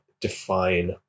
define